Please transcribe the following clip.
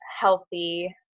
healthy